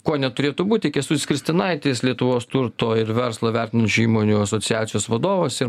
ko neturėtų būti kęstutis kristinaitis lietuvos turto ir verslą vertinančių įmonių asociacijos vadovas ir